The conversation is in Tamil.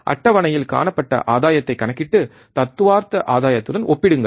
அட்டவணையில் காணப்பட்ட ஆதாயத்தைக் கணக்கிட்டு தத்துவார்த்த ஆதாயத்துடன் ஒப்பிடுங்கள்